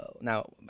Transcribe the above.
now